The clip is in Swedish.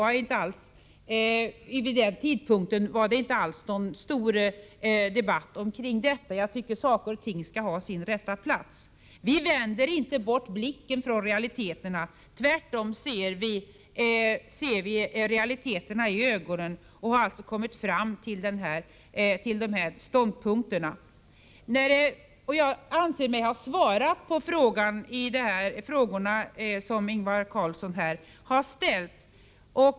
När vi skrev motionen var det inte alls någon stor debatt kring detta. Jag tycker att saker och ting skall ha sin rätta plats. Vi vänder inte bort blicken från realiteterna. Tvärtom ser vi realiteterna i ögonen och har alltså kommit fram till de ståndpunkter vi intagit. Jag anser diskutera det. Jag skulle kunna läsa upp allt som står i papperen om vad vi mig ha svarat på frågorna som Ingvar Carlsson har ställt.